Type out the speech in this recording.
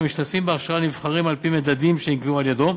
והמשתתפים בהכשרה נבחרים על-פי מדדים שנקבעו על-ידו,